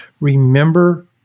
Remember